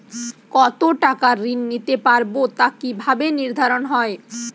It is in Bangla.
কতো টাকা ঋণ নিতে পারবো তা কি ভাবে নির্ধারণ হয়?